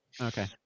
Okay